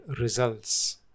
results